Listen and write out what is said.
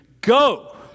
Go